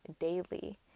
daily